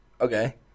Okay